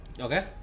Okay